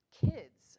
kids